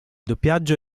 doppiaggio